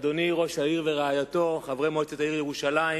אדוני ראש העיר ורעייתו, חברי מועצת העיר ירושלים,